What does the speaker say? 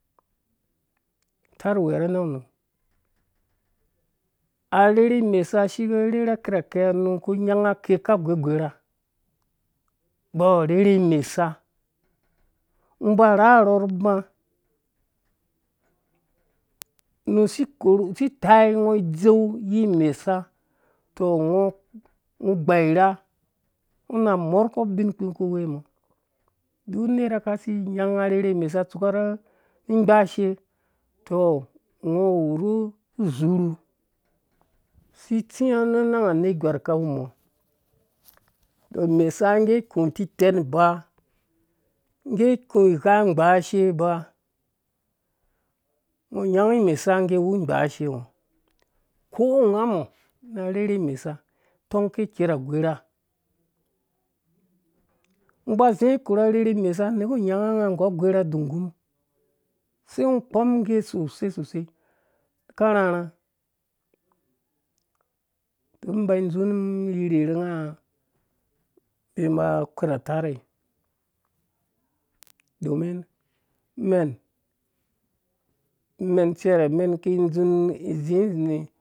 Itarh uwe na nan unum arherhe imasa shike rherhe kirhake ngo ku nya kɛ ka gogorha ba wu arherhe imesa ngɔ ba rharhɔɔ nu uba u si tai ngɔ idze yi imesa tɔ ngɔ gbairha ngɔ na morkɔ ibin ku weumɔ duk unerha kasi nyanga arherha imesa tsuka rhi ghashe tɔ wu rru zurhu si tsing na nar anergo ar ka we umɔ mesa ngga ku titeng iba ngge ku gha ghbashe ba ngo nyangi imesa ge iwe igbashe ngɔ ko ngamɔ na rherhe imese tongke iker h gorah ngɔ ba zing korha arherhe imesa neba nyanga ngu agorarh dungum sei ngɔ kpɔm ngge sosai sosai ka rharha don bai dzum rhirhe ru nga mbi ma kwerh a terhe domin men mɛn cɛrɛ mɛn ki dzum izi ni